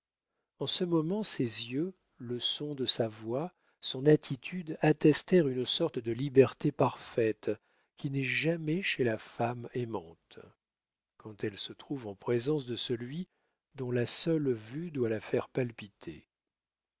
en ce moment ses yeux le son de sa voix son attitude attestèrent une sorte de liberté parfaite qui n'est jamais chez la femme aimante quand elle se trouve en présence de celui dont la seule vue doit la faire palpiter